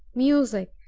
music,